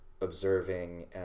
observing